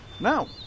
Now